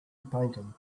painting